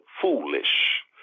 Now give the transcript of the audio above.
foolish